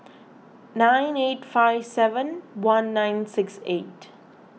nine eight five seven one nine six eight